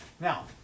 now